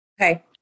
Okay